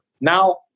Now